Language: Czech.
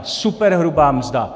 Superhrubá mzda.